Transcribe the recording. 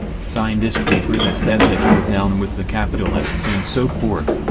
sign this paper that says that you'll down with the capitalists and so forth,